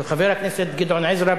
של חבר הכנסת גדעון עזרא.